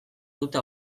dute